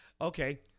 Okay